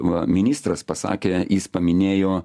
va ministras pasakė jis paminėjo